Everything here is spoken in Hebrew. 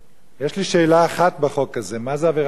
יש לי שאלה אחת בחוק הזה: מה זה עבירת ביטחון?